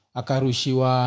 akarushiwa